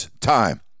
time